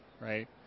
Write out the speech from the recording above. Right